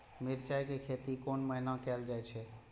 मिरचाय के खेती कोन महीना कायल जाय छै?